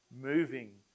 moving